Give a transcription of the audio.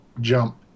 jump